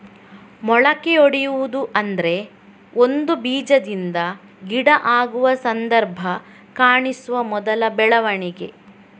ಮೊಳಕೆಯೊಡೆಯುವುದು ಅಂದ್ರೆ ಒಂದು ಬೀಜದಿಂದ ಗಿಡ ಆಗುವ ಸಂದರ್ಭ ಕಾಣಿಸುವ ಮೊದಲ ಬೆಳವಣಿಗೆ